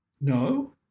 No